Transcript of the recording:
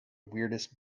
weirdest